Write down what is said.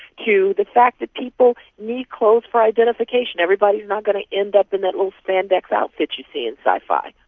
to the fact that people need clothes for identification. everybody is not going to end up in that little spandex outfit you see in sci-fi.